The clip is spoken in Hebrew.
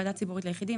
ועדה ציבורית ליחידים,